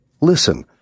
Listen